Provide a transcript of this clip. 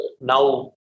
now